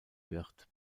wird